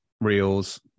Reels